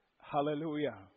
Hallelujah